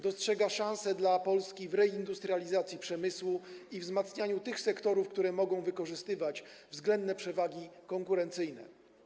Dostrzega szansę dla Polski w reindustrializacji przemysłu i wzmacnianiu tych sektorów, które mogą wykorzystywać względne przewagi konkurencyjne.